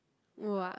!wah!